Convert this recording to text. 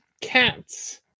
cats